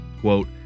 Quote